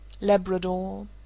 Labrador